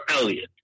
Elliot